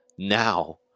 now